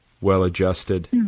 well-adjusted